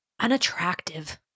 unattractive